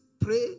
pray